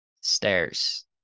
Stairs